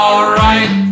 Alright